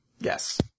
Yes